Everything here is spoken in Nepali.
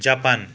जापान